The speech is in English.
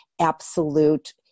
Absolute